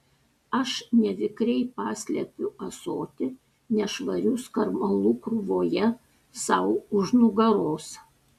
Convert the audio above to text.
aš nevikriai paslepiu ąsotį nešvarių skarmalų krūvoje sau už nugaros